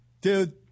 dude